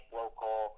local